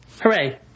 Hooray